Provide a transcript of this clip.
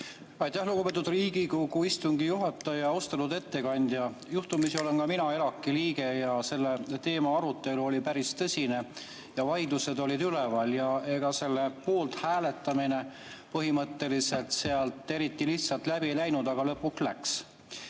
Aitäh, lugupeetud Riigikogu istungi juhataja! Austatud ettekandja! Juhtumisi olen ka mina ELAK‑i liige ja selle teema arutelu oli päris tõsine. Vaidlused olid üleval ja ega selle poolt hääletamine põhimõtteliselt seal eriti lihtsalt läbi ei läinud, aga lõpuks läks.